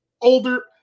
older